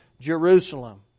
Jerusalem